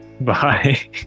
Bye